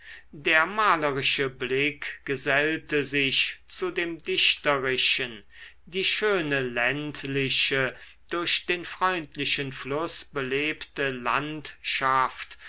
der malerische blick gesellte sich zu dem dichterischen die schöne ländliche durch den freundlichen fluß belebte landschaft